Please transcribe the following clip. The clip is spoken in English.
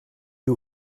you